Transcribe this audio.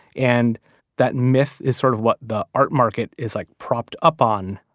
and that myth is sort of what the art market is like propped up on.